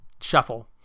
shuffle